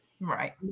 Right